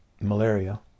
malaria